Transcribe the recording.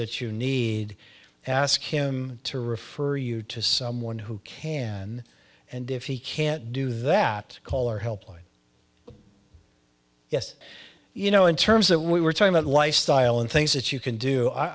that you need ask him to refer you to someone who can and if he can't do that call our help line yes you know in terms that we were talking about lifestyle and things that you can do i